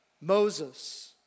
Moses